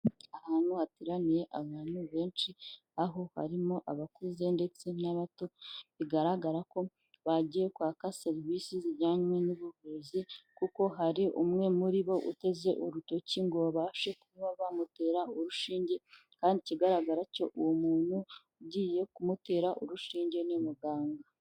Ahantu hateraniye abantu benshi aho harimo abakuze ndetse n'abato, bigaragara ko bagiye kwaka serivisi zijyanye n'ubuvuzi kuko hari umwe muri bo uteze urutoki ngo babashe kuba bamutera urushinge kandi ikigaragara cyo uwo muntu ugiye kumutera urushinge ni umuganga.